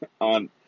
on